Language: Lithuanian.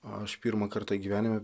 aš pirmą kartą gyvenime